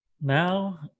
Now